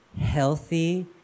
healthy